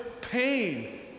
pain